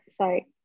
sorry